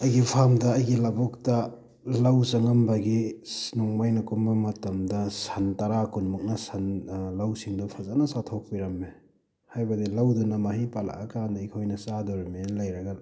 ꯑꯩꯒꯤ ꯐꯥꯔꯝꯗ ꯑꯩꯒꯤ ꯂꯧꯕꯨꯛꯇ ꯂꯧ ꯆꯪꯉꯝꯕꯒꯤ ꯑꯁ ꯅꯣꯡꯃ ꯑꯩꯅ ꯀꯨꯝꯕ ꯃꯇꯝꯗ ꯁꯟ ꯇꯔꯥ ꯀꯨꯟꯃꯨꯛꯅ ꯁꯟ ꯂꯧꯁꯤꯡꯗꯣ ꯐꯖꯅ ꯆꯥꯊꯣꯛꯄꯤꯔꯝꯃꯦ ꯍꯥꯏꯕꯗꯤ ꯂꯧꯗꯨꯅ ꯃꯍꯩ ꯄꯥꯜꯂꯛꯑꯀꯥꯟꯗ ꯑꯩꯈꯣꯏꯅ ꯆꯥꯗꯧꯔꯤꯕꯅꯦꯅ ꯂꯩꯔꯒ